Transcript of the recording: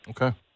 Okay